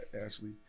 Ashley